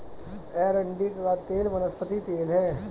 अरंडी का तेल वनस्पति तेल है